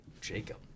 jacob